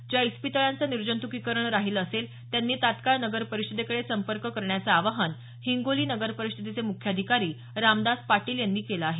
ज्या इस्पितळांचं निर्जंत्कीकरण राहिलं असेल त्यांनी तात्काळ नगर परिषदेकडे संपर्क करण्याचं आवाहन हिंगोली नगरपरिषदेचे मुख्याधिकारी रामदास पाटील यांनी केलं आहे